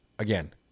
Again